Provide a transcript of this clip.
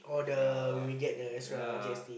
ya ya